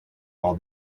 all